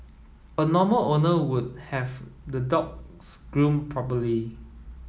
a normal owner would have the dogs groomed properly